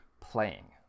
playing